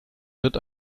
wird